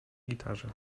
gitarze